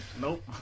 Nope